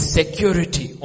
security